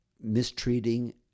mistreating